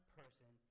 person